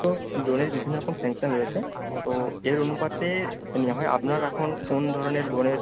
তো লোনের বিভিন্ন রকম স্যাংশন রয়েছে তো এর অনুপাতে হয় আপনার এখন কোন ধরনের লোনের